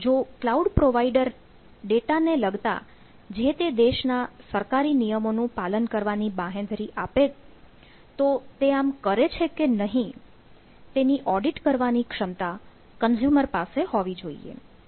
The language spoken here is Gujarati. જો ક્લાઉડ પ્રોવાઇડર ડેટા ને લગતા જે તે દેશના સરકારી નિયમોનું પાલન કરવાની બાંહેધરી આપે તો તે આમ કરે છે કે નહીં તેની ઓડિટ કરવાની ક્ષમતા કન્ઝ્યુમર પાસે હોવી જોઈએ